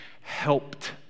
helped